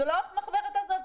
זאת לא המחברת הזאת,